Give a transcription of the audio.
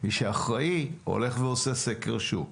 מי שאחראי הולך ועושה סקר שוק.